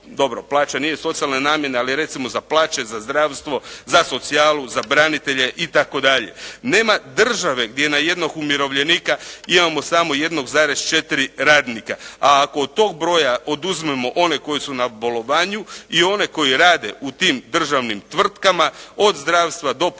dobro plaća nije socijalna namjena, ali recimo za plaće, za zdravstvo, za socijalu, za branitelje itd. Nema države gdje na jednog umirovljenika imamo samo 1,4 radnika. A ako od tog broja oduzmemo one koji su na bolovanju i one koji rade u tim državnim tvrtkama, od zdravstva do policije,